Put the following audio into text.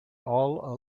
all